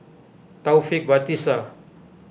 Taufik Batisah